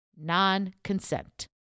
non-consent